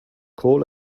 call